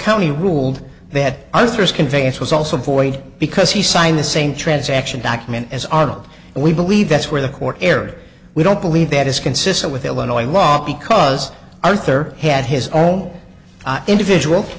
county ruled they had ulcers conveyance was also void because he signed the same transaction document as arnold and we believe that's where the court erred we don't believe that is consistent with illinois law because arthur had his own individual